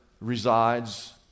resides